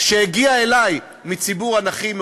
שהגיע אלי מציבור הנכים,